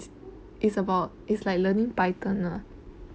it's about it's like learning python ah